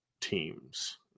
teams